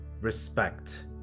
respect